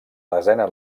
desena